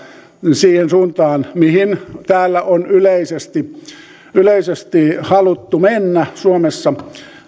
siihen suuntaan mihin on yleisesti yleisesti haluttu mennä täällä suomessa